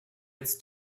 its